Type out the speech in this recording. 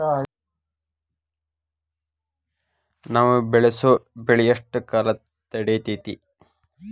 ನಾವು ಬೆಳಸೋ ಬೆಳಿ ಎಷ್ಟು ಕಾಲ ತಡೇತೇತಿ?